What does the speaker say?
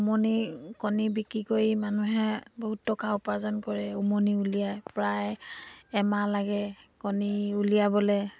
উমনি কণী বিক্ৰী কৰি মানুহে বহুত টকা উপাৰ্জন কৰে উমনি উলিয়াই প্ৰায় এমাহ লাগে কণী উলিয়াবলৈ